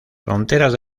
fronteras